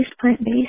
plant-based